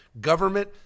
Government